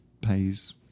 pays